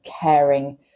caring